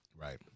Right